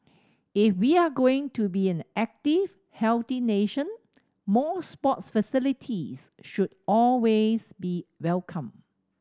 if we're going to be an active healthy nation more sports facilities should always be welcome